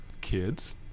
kids